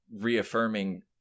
reaffirming